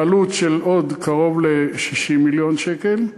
בעלות של עוד קרוב ל-60 מיליון שקל,